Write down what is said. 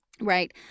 Right